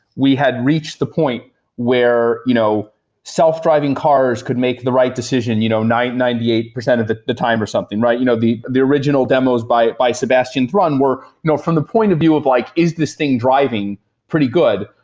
we had reached the point where you know self-driving cars could make the right decision you know ninety ninety eight percent of the the time, or something, right? you know the the original demos by by sebastian's run were from the point of view of like is this thing driving pretty good?